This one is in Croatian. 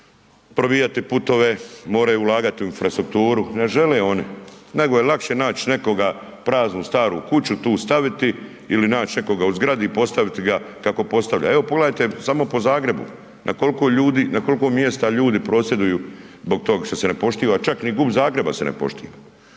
probijati putove, moraju ulagati u infrastrukturu, ne žele oni nego je lakše naći nekoga praznu staru kuću tu staviti ili naći nekoga u zgradi i postaviti kako postavlja. Evo pogledajte samo po Zagrebu na koliko mjesta ljudi prosvjeduju zbog toga što se ne poštiva, čak ni GUP Zagreba se ne poštiva.